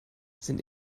sind